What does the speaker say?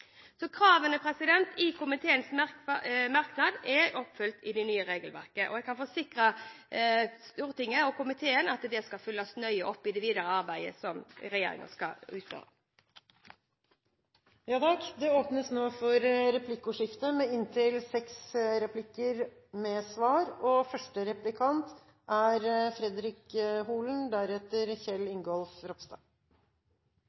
Så kravene i arbeids- og sosialkomiteens merknad er oppfylt i det nye regelverket, og jeg kan forsikre Stortinget og komiteen om at det skal følges nøye opp i det videre arbeidet som regjeringen skal utføre. Det åpnes for replikkordskifte.